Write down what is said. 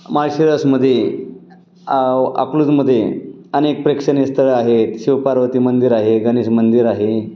माळशिरसमध्ये अकलूजमध्ये अनेक प्रेक्षणीय स्थळं आहेत शिवपार्वती मंदिर आहे गणेश मंदिर आहे